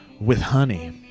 with honey?